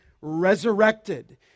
resurrected